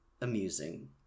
amusing